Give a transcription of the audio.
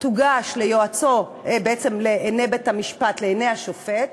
תוגש ליועצו, בעצם לעיני בית-המשפט, לעיני השופט,